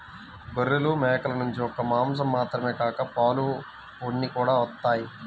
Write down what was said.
గొర్రెలు, మేకల నుంచి ఒక్క మాసం మాత్రమే కాక పాలు, ఉన్ని కూడా వత్తయ్